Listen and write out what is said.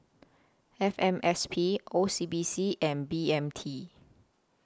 F M S P O C B C and B M T